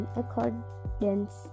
accordance